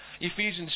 Ephesians